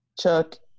Chuck